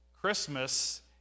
Christmas